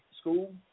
School